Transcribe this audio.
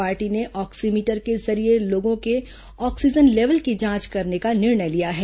party ने oximeter के जरिये लोगों की ऑक्सीजन लेवल की जांच करने का निर्णय लिया है